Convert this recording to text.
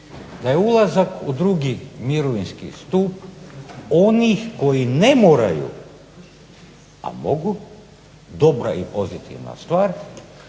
da je ulazak u drugi mirovinski stup onih koji ne moraju a mogu dobra i pozitivna stvar